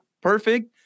perfect